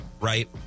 right